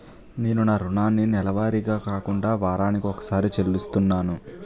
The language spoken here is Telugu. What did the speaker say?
నేను నా రుణాన్ని నెలవారీగా కాకుండా వారాని కొక్కసారి చెల్లిస్తున్నాను